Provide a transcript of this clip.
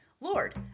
Lord